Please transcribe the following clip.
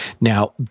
Now